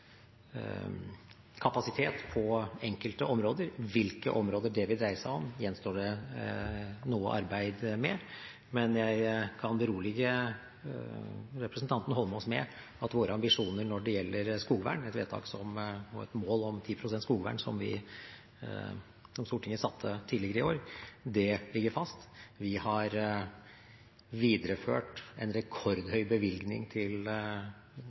kapasitet på enkelte områder. Hvilke områder det vil dreie seg om, gjenstår det noe arbeid med. Men jeg kan berolige representanten Holmås med at våre ambisjoner når det gjelder skogvern, et vedtak og et mål om 10 pst. skogvern, som Stortinget satte tidligere i år, ligger fast. Vi har videreført en rekordhøy bevilgning til